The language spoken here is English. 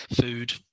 food